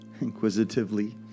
inquisitively